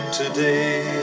today